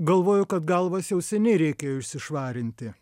galvoju kad galvas jau seniai reikėjo išsišvarinti